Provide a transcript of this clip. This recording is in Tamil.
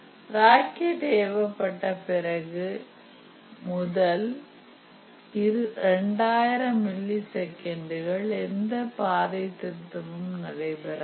ராக்கெட் ஏவப்பட்ட பிறகு முதல் 2000 மில்லி செகண்டுகள் எந்த பாதை திருத்தமும் நடைபெறாது